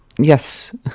Yes